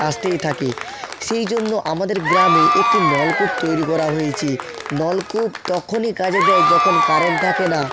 আসতেই থাকে সেই জন্য আমাদের গ্রামে একটি নলকূপ তৈরি করা হয়েছে নলকূপ তখনই কাজে দেয় যখন কারেন্ট থাকে না